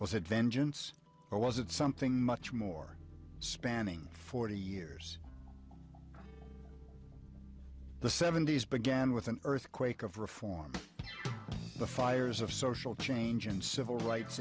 said vengeance or was it something much more spanning forty years the seventy's began with an earthquake of reform the fires of social change and civil rights